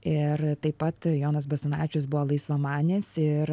ir taip pat jonas basanavičius buvo laisvamanis ir